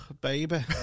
baby